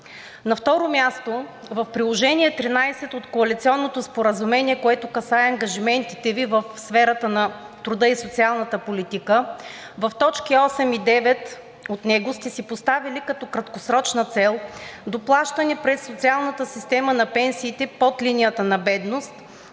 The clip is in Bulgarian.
На второ място, в Приложение 13 от Коалиционното споразумение, което касае ангажиментите Ви в сферата на труда и социалната политика, в точки 8 и 9 сте си поставили като краткосрочна цел доплащане през социалната система на пенсиите под линията на бедност,